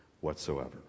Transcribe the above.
whatsoever